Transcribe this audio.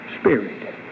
spirit